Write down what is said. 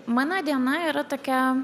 mano diena yra tokia